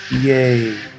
Yay